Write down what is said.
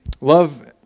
love